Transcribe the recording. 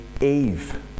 Eve